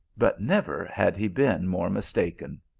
but never had he been more mistaken.